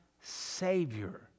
savior